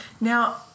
Now